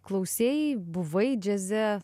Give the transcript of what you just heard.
klausei buvai džiaze